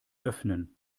öffnen